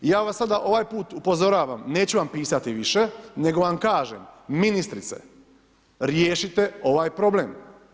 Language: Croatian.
Ja vas sada ovaj put upozoravam, neću vam pisati više, nego vam kažem ministrice, riješite ovaj problem.